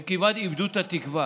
הם כמעט איבדו את התקווה.